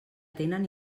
tenen